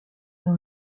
dans